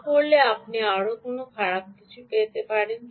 না করলে আপনি আরও খারাপ হতে পারেন